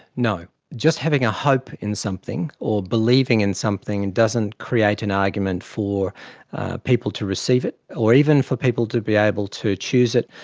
no. just having a hope in something or believing in something and doesn't create an argument for people to receive it. or even for people to be able to choose it.